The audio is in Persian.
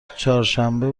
چهارشنبه